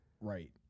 Right